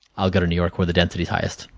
i would go to new york where the density highest.